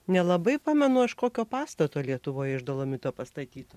nelabai pamenu aš kažkokio pastato lietuvoje iš dolomito pastatytu